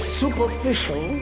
superficial